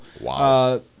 Wow